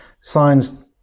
signs